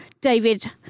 David